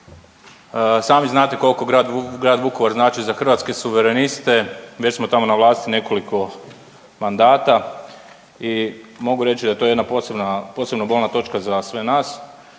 Sami znate koliko grad Vukovar znači za Hrvatske suvereniste, već smo tamo na vlasti nekoliko mandata i mogu reći da je to jedna posebno bolna točka za sve nas.